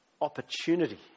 opportunity